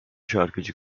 şarkıcı